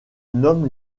nomme